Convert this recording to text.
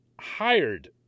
hired